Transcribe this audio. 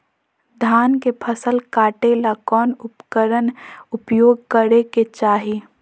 धान के फसल काटे ला कौन उपकरण उपयोग करे के चाही?